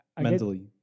Mentally